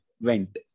went